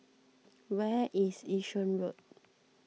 where is Yishun Road